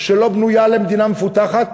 לא בנויה למדינה מפותחת.